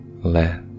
let